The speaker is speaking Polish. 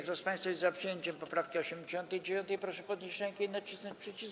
Kto z państwa jest za przyjęciem poprawki 89., proszę podnieść rękę i nacisnąć przycisk.